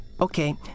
Okay